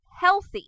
healthy